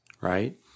right